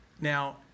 Now